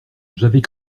j’avais